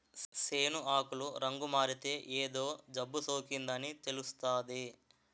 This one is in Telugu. సేను ఆకులు రంగుమారితే ఏదో జబ్బుసోకిందని తెలుస్తాది